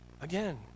again